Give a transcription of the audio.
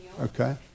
Okay